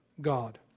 God